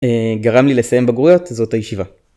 גרם לי לסיים בגרויות, זאת הישיבה.